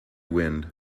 wind